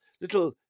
little